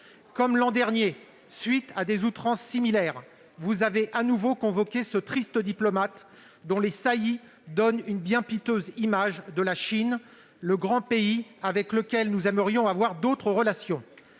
Comme l'an dernier, à la suite d'outrances similaires, le ministre a de nouveau convoqué ce triste diplomate, dont les saillies donnent une bien piteuse image de la Chine, le grand pays avec lequel nous aimerions avoir d'autres relations.